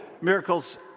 miracles